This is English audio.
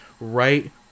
right